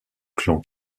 clan